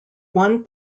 won